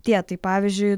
tie tai pavyzdžiui